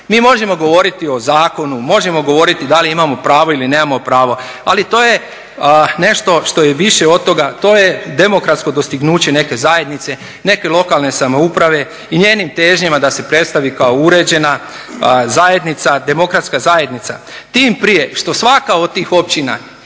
Mi možemo govoriti o zakonu, možemo govoriti da li imamo pravo ili nemamo pravo ali to je nešto što je više od toga, to je demokratsko dostignuće neke zajednice, neke lokalne samouprave i njenim težnjama da se predstavi kao uređena zajednica, demokratska zajednica. Tim prije što svaka od tih općina